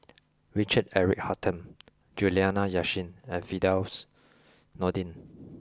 Richard Eric Holttum Juliana Yasin and Firdaus Nordin